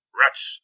rats